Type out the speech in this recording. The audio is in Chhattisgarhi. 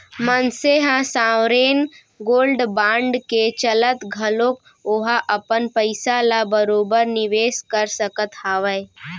मनसे ह सॉवरेन गोल्ड बांड के चलत घलोक ओहा अपन पइसा ल बरोबर निवेस कर सकत हावय